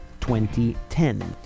2010